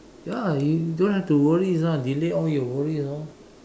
ya you you don't have to worry delete all your worries orh